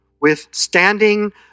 withstanding